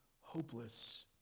hopeless